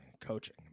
coaching